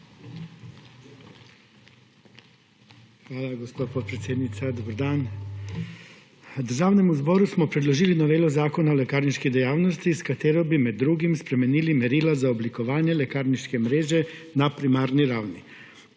Hvala, gospa podpredsednica. Dober dan! Državnemu zboru smo predložili novelo Zakona o lekarniški dejavnosti, s katero bi med drugim spremenili merila za oblikovanje lekarniške mreže na primarni ravni.